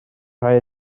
rhai